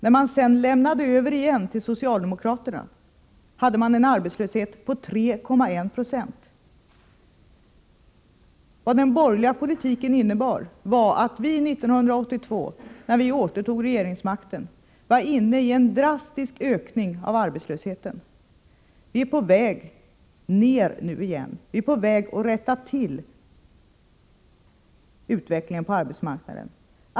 När man sedan lämnade över igen till socialdemokraterna, hade man en arbetslöshet på 3,1 90. Vad den borgerliga politiken innebar var att man 1982, när vi återtog regeringsmakten, var inne i en utveckling med en drastisk ökning av arbetslösheten. Vi är på väg ner nu igen, vi är på väg att rätta till utvecklingen på arbetsmarknaden.